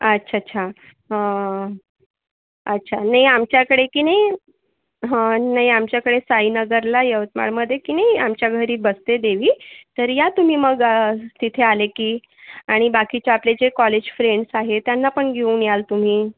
अच्छा अच्छा अच्छा नाही आमच्याकडे की नाही नाही आमच्याकडे साईनगरला यवतमाळमध्ये की नाही आमच्या घरी बसते देवी तर या तुम्ही मग तिथे आले की आणि बाकीचे आपले जे कॉलेज फ्रेंड्स आहेत त्यांना पण घेऊन याल तुम्ही